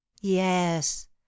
yes